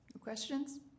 Questions